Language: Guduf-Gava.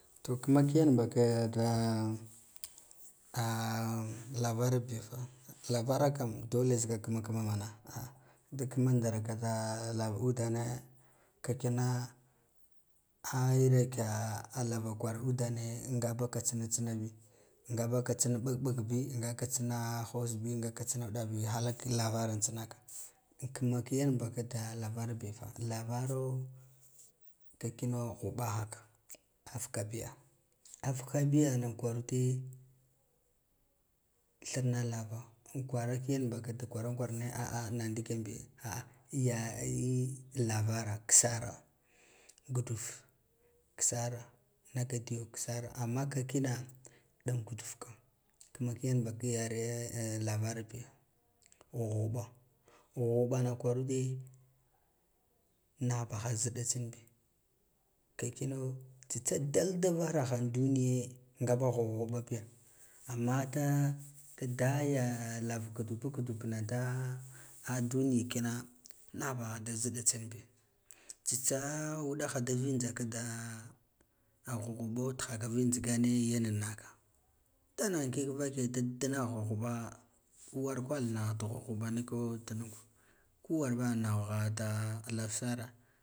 To kuma kiganba da labarabiya fa labara kam dole tsika kima kima mana ah da kima ndarka lav udane ua kina a era kea lava kwarga udane ngaba ka tsina tsinabi nga bala tsin mɓug mbuga bi ngaka tsina hasbi nga tsina ɗaubi halak lavar tsinak in kama ki yan baka lavar bifa lavaro ka kino ghuɓahaka afkabiya adkabiyana kwarude thirna lava in kwara kigan baka kwaran kwara ne a na ndiken biga a'a ya yi lavara kissara nagadiyo kissa amma kakira guduf kissara nagadiyo kissa amma kakira dan guduf ka kima ba ki yare lavar biyo ghughuɓa, ghughuɓana kwarude nahbah a ziɗa tsin bi ka kino tsi dal davaraha duniya ngabah ghughuɓa biya amma da, da ya lav gudupa gudupna da ah duni kina nah baha da zida tsinbe tsitsa udahe da vijhaka da a ghughuɓo yen naka dana ngig kake da diddna ghughuba warkwal nagha da ghughuɓa niko tunak ku ware bah nagha da lav sar